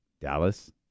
Dallas